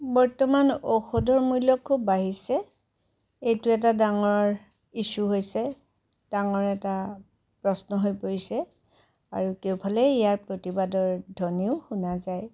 বৰ্তমান ঔষধৰ মূল্য খুব বাঢ়িছে এইটো এটা ডাঙৰ ইশ্ব্যু হৈছে ডাঙৰ এটা প্ৰশ্ন হৈ পৰিছে আৰু কেওফালে ইয়াৰ প্ৰতিবাদৰ ধ্বনিও শুনা যায়